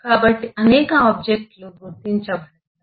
కాబట్టి అనేక ఆబ్జెక్ట్లు గుర్తించబడతాయి